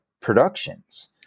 productions